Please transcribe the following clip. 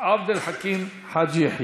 עבד אל חכים חאג' יחיא.